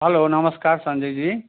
hello नमस्कार सञ्जय जी